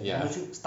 ya